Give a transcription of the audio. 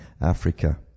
Africa